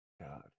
God